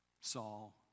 Saul